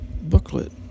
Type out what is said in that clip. booklet